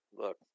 Look